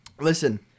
Listen